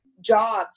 jobs